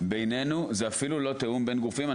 בינינו זה אפילו לא תיאום בין גופים.